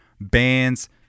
bands